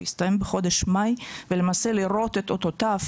הוא הסתיים בחודש מאי ולמעשה לראות את אותותיו,